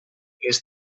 les